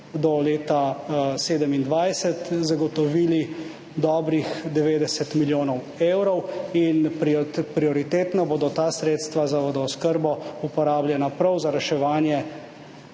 do leta 2027 zagotovili dobrih 90 milijonov evrov in prioritetno bodo ta sredstva za vodooskrbo uporabljena prav za reševanje